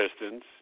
Pistons